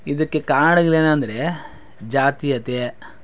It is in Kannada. ಇದಕ್ಕೆ ಕಾರಣಗಳೇನೆಂದ್ರೆ ಜಾತೀಯತೆ